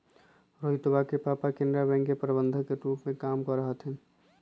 रोहितवा के पापा केनरा बैंक के प्रबंधक के रूप में काम करा हथिन